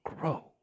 grow